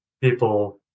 people